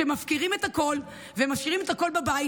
שמפקירים את הכול ומשאירים את הכול בבית